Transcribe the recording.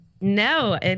No